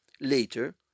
later